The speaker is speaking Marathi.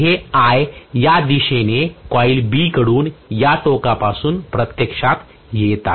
हे I या दिशेने कॉईल B कडून या टोकापासून प्रत्यक्षात येत आहे